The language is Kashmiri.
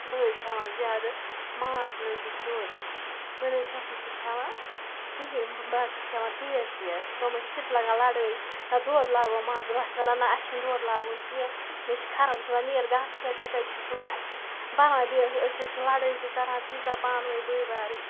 بٲے کھٮ۪وان زیادٕ ماز لٲگِتھ دۄد بہٕ نَہ حظ چھَس نہٕ سُہ کھٮ۪وان کِہیٖنۍ بہٕ حظ چھَس کھٮ۪وان تیز تیز تِم حظ چھِ صِرف لَگان لڑٲے نہ دۄد لاگو مازٕ بہٕ چھَس وَنان نہ اَسہِ چھُنہٕ دۄد لاگ کیٚنٛہہ مےٚ چھِ کھرن سُہ چھِ وَنان نیر گژھ کھےٚ ژےٚ کَتہِ چھوٕے کھوٚن اَسہِ چھِ بَناوٕنۍ بیٚیہِ أسۍ حظ چھِ لڑٲے تہِ کَران تیٖژا پانہٕ ؤنۍ بٲے بارٕنۍ